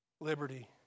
Liberty